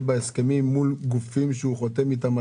בהסכמים מול גופים שהוא חותם איתם?